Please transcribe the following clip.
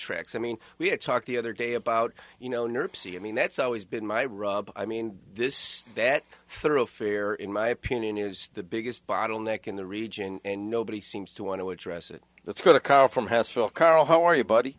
tracks i mean we had talked the other day about you know nervously i mean that's always been my rub i mean this bad thoroughfare in my opinion is the biggest bottleneck in the region and nobody seems to want to address it let's go to conference hassle carol how are you buddy